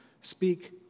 speak